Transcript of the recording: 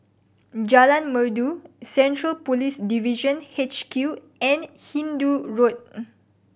Jalan Merdu Central Police Division H Q and Hindoo Road